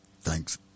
Thanks